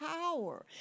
power